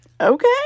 Okay